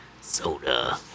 Soda